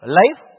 life